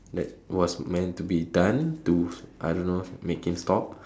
that was meant to be done to I don't know make him stop